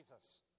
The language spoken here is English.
Jesus